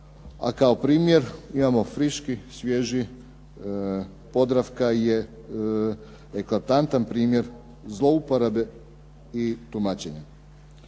a kao primjer imamo friški, svježi, "Podravka" je eklatantan primjer zlouporabe i tumačenja.